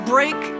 Break